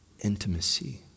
intimacy